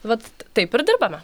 vat taip ir dirbame